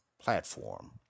platform